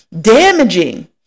damaging